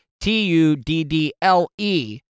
T-U-D-D-L-E